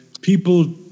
people